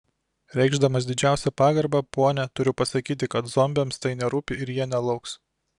reikšdamas didžiausią pagarbą ponia turiu pasakyti kad zombiams tai nerūpi ir jie nelauks